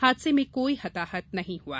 हादसे में कोई हताहत नहीं हुआ